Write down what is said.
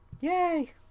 Yay